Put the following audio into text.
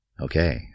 Okay